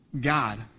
God